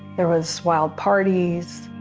there was wild parties.